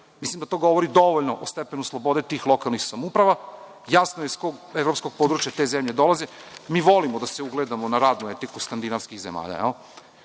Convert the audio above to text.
Mislim da to govori dovoljno o stepenu slobode tih lokalnih samouprava, jasno je iz kog evropskog područja te zemlje dolaze. Mi volimo da se ugledamo na radnu etiku skandinavskih zemalja,